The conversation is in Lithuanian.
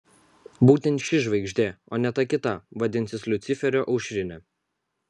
būtent ši žvaigždė o ne ta kita vadinsis liuciferio aušrinė